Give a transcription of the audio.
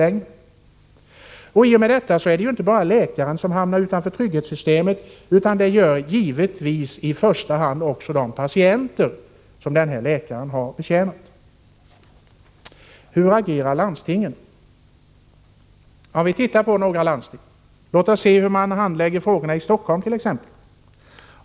I och med detta är det inte bara läkaren som hamnar utanför trygghetssystemet utan givetvis i första hand de patienter som denne läkare har att betjäna. Hur agerar landstingen? Låt oss först se hur man handlägger frågorna i Stockholm.